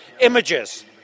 images